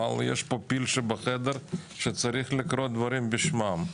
יש פה פיל בחדר ויש לקרוא לדברים בשמם.